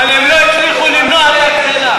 אבל הם לא הצליחו למנוע, אתה משתמש בהם.